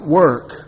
work